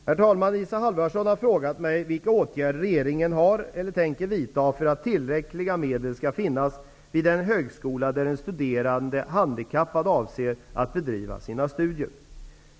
Herr talman! Isa Halvarsson har frågat mig vilka åtgärder regeringen har vidtagit eller tänker vidta för att tillräckliga medel skall finnas vid den högskola där en studerande handikappad avser att bedriva sina studier.